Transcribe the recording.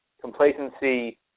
Complacency